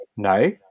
No